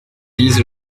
disent